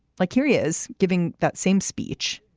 like here he is giving that same speech,